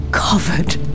covered